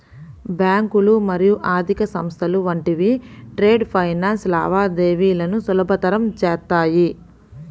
బ్యాంకులు మరియు ఆర్థిక సంస్థలు వంటివి ట్రేడ్ ఫైనాన్స్ లావాదేవీలను సులభతరం చేత్తాయి